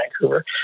Vancouver